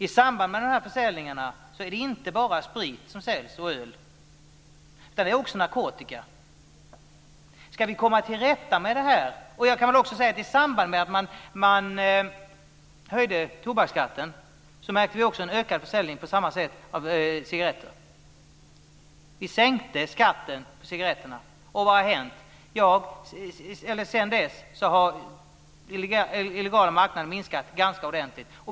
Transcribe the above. I dessa sammanhang är det inte bara sprit och öl som säljs, utan där finns också narkotika. Och i samband med att man höjde tobaksskatten märkte vi en ökad liknande försäljning av cigaretter. Vi sänkte skatten på cigaretterna, och vad har hänt sedan dess? Jo, den illegala marknaden har minskat ganska ordentligt.